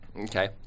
Okay